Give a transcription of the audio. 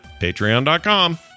patreon.com